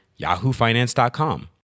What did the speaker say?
yahoofinance.com